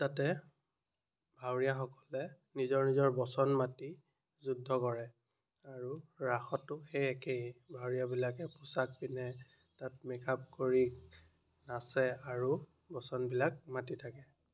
তাতে ভাৱৰীয়াসকলে নিজৰ নিজৰ বচন মাতি যুদ্ধ কৰে আৰু ৰাসতো সেই একেই ভাৱৰীয়াবিলাকে পোছাক পিন্ধে তাত মেকআপ কৰি নাচে আৰু বচনবিলাক মাতি থাকে